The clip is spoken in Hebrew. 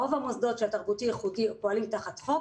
רוב המוסדות של התרבותי-ייחודי פועלים תחת החוק.